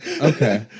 Okay